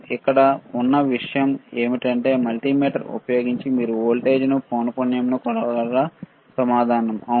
ఇక్కడ ఉన్న విషయం ఏమిటంటే మల్టీమీటర్ ఉపయోగించి మీరు వోల్టేజ్ను పౌనపున్యం కొలవగలరా సమాధానం అవును